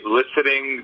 listening